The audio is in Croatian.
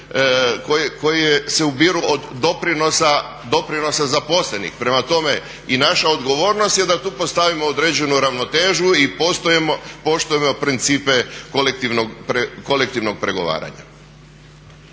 koji se ubiru od doprinosa zaposlenih. Prema tome i naša odgovornost je da tu postavimo određenu ravnotežu i poštujemo principe kolektivnog pregovaranja.